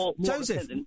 Joseph